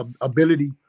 ability